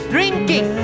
Drinking